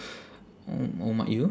oh oh mak you